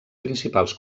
principals